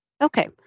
Okay